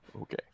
okay